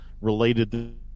related